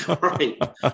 right